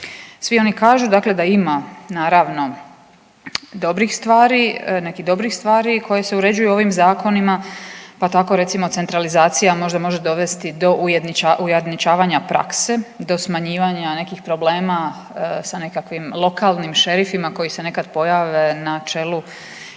Svi oni kažu dakle da ima naravno dobrih stvari, nekih dobrih stvari koje se uređuju ovim zakonima pa tako recimo centralizacija možda može dovesti do ujednačavanja prakse, do smanjivanja nekih problema sa nekakvim lokalnim šerifima koji se nekad pojave na čelu